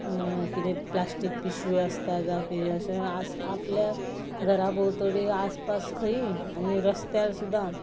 किदेंय प्लास्टीक पिशवी आसता जावं किदेंय अशें आपल्या घरा भोंवतणी आसपाक खंयी रस्त्यार सुद्दां